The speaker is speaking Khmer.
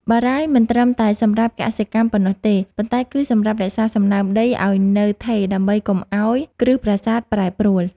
បារាយណ៍មិនត្រឹមតែសម្រាប់កសិកម្មប៉ុណ្ណោះទេ ប៉ុន្តែគឺសម្រាប់រក្សាសំណើមដីឱ្យនៅថេរដើម្បីកុំឱ្យគ្រឹះប្រាសាទប្រែប្រួល។